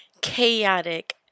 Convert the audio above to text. chaotic